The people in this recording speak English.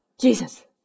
Jesus